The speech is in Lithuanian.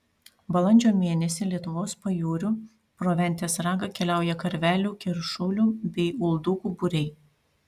balandžio mėnesį lietuvos pajūriu pro ventės ragą keliauja karvelių keršulių bei uldukų būriai